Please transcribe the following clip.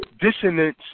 dissonance